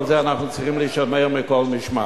ואנחנו צריכים להישמר מכל משמר.